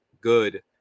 good